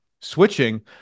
switching